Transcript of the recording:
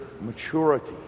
maturity